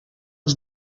els